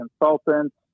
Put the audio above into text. consultants